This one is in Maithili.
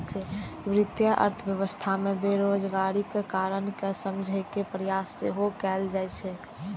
वित्तीय अर्थशास्त्र मे बेरोजगारीक कारण कें समझे के प्रयास सेहो कैल जाइ छै